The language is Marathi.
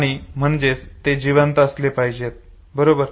प्राणी म्हणजेच ते जिवंत असले पाहिजे बरोबर